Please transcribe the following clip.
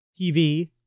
TV